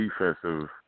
defensive